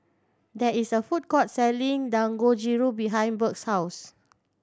there is a food court selling Dangojiru behind Burke's house